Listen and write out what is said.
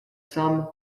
some